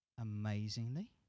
amazingly